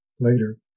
later